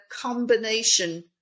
combination